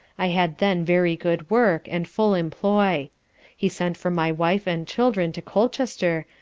i had then very good work, and full employ he sent for my wife, and children to colchester,